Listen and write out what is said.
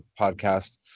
podcast